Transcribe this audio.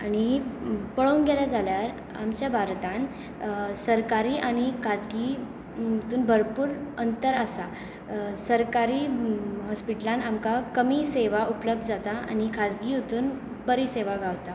आनी पळोवंक गेले जाल्यार आमच्या भारतान सरकारी आनी खाजगी हातून भरपूर अंतर आसा सरकारी हॉस्पिटलान आमकां कमी सेवा उपलब्द जाता आनी खाजगी हातून बरी सेवा गावता